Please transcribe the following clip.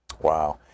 Wow